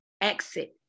exit